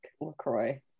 LaCroix